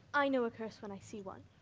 i know a curse when i see one.